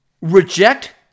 reject